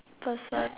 person